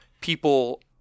people